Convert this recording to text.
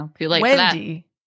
Wendy